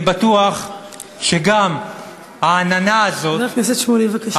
אני בטוח שגם העננה הזאת, חבר הכנסת שמולי, בבקשה.